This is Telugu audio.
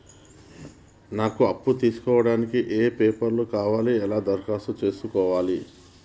నాకు అప్పు తీసుకోవడానికి ఏ పేపర్లు కావాలి ఎలా దరఖాస్తు చేసుకోవాలి?